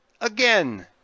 again